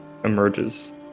emerges